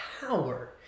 power